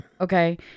Okay